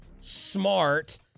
smart